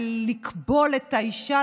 ולכבול את האישה,